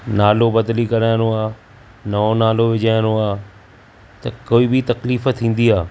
नालो बदली कराइणो आहे नओं नालो विझाइणो आहे त को बि तकलीफ़ थींदी आहे